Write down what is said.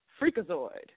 freakazoid